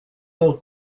del